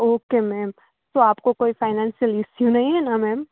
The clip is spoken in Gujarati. ઓકે મેમ તો આપકો કોઈ ફાઈનાન્સિયલ ઇશ્યૂ નહીં હૈ ના મેમ